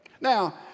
Now